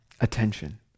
attention